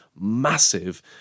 massive